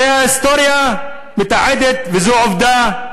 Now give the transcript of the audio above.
הרי ההיסטוריה מתעדת, וזה עובדה,